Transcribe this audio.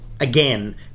Again